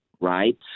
Right